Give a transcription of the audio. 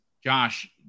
Josh